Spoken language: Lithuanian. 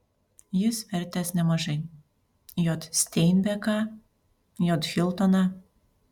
jis vertęs nemažai j steinbeką j hiltoną